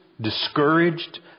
discouraged